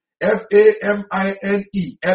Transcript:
F-A-M-I-N-E